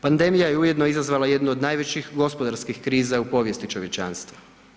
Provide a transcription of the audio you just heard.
Pandemija je ujedno izazvala jednu od najvećih gospodarskih kriza u povijesti čovječanstva.